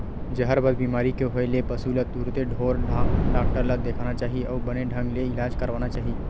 जहरबाद बेमारी के होय ले पसु ल तुरते ढ़ोर डॉक्टर ल देखाना चाही अउ बने ढंग ले इलाज करवाना चाही